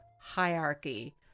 hierarchy